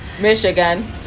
Michigan